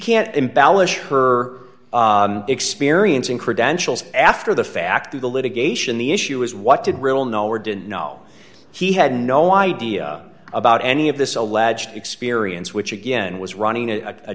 can't embellish her experience and credentials after the fact of the litigation the issue is what did real know or didn't know he had no idea about any of this alleged experience which again was running a